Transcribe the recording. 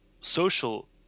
social